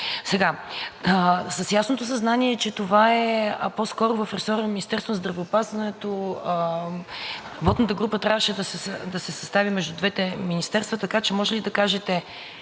него. С ясното съзнание, че това е по-скоро в ресора на Министерството на здравеопазването, работната група трябваше да се състави между двете министерства, така че може ли да ни кажете: